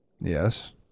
yes